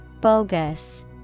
Bogus